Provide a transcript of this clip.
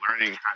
learning